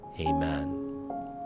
Amen